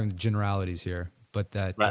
and generalities here, but that,